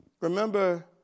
Remember